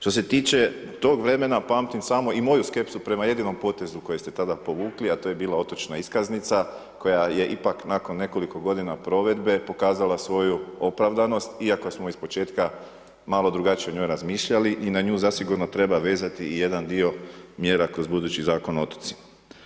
Što se tiče tog vremena pamtim samo i moju skepsu prema jedinom potezu koji ste tada povukli a to je otočna iskaznica koja je ipak nakon nekoliko godina provedbe pokazala svoj opravdanost iako smo ispočetka malo drugačije o njoj razmišljali i na nju zasigurno treba vezati i jedan dio mjera kroz budući Zakon o otocima.